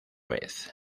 vez